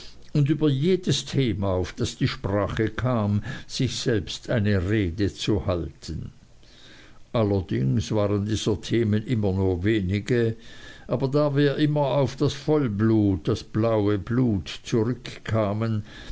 und über jedes thema auf das die sprache kam sich selbst eine rede zu halten allerdings waren dieser themen nur wenige aber da wir immer wieder auf das vollblut zurückkamen